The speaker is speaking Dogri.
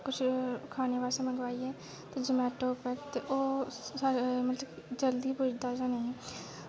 कुछ खाने बास्तै मंगवाइये ते जोमैटो उप्पर ते ओह् मतलब जल्दी पुजदा जां नेईं